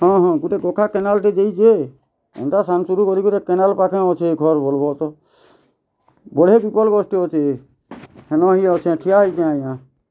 ହଁ ହଁ ଗୁଟେ ପକ୍କା କେନାଲ୍ଟେ ଯାଇଛେ ଏନ୍ତା ସାନ୍ ସୁରୁ କରି କରି କେନାଲ୍ ପାଖେ ଅଛେ ଘର୍ ବଲ୍ବ ତ ବଢେ ପିପଲ୍ ଗଛ୍ଟେ ଅଛେ ହେନ ହିଁ ଅଚେଁ ଠିଆ ହେଇଚେଁ ଆଜ୍ଞା